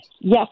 Yes